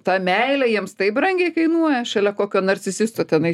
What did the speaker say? ta meilė jiems taip brangiai kainuoja šalia kokio narcisisto tenai